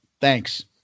Thanks